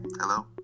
Hello